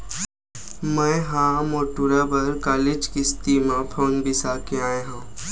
मैय ह मोर टूरा बर कालीच किस्ती म फउन बिसाय के आय हँव